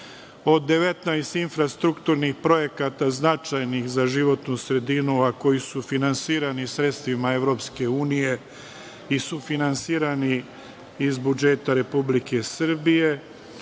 od 19 strukturnih projekata značajnih za životnu sredinu, a koji su finansirani sredstvima EU i sufinansirani iz budžeta Republike Srbije,